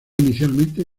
inicialmente